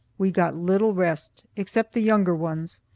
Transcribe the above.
we got little rest, except the younger ones,